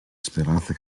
speranza